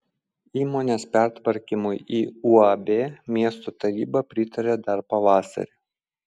įmonės pertvarkymui į uab miesto taryba pritarė dar pavasarį